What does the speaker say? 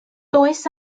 does